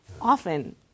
Often